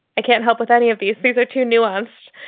i can't help with any of these. things are too nuanced.